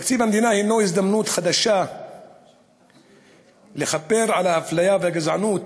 תקציב המדינה הוא הזדמנות חדשה לכפר על האפליה והגזענות